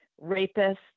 rapist